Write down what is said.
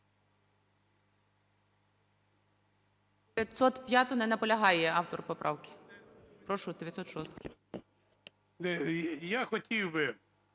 я хотів би